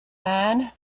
man